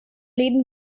leben